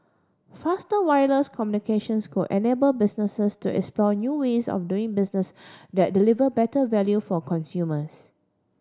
faster wireless communications could enable businesses to explore new ways of doing business that deliver better value for consumers